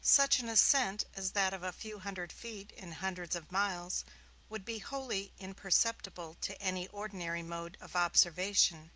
such an ascent as that of a few hundred feet in hundreds of miles would be wholly imperceptible to any ordinary mode of observation